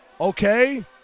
okay